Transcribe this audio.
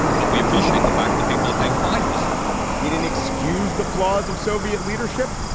but we appreciate the fact that people are paying five percent he didn't excuse the flaws of soviet leadership,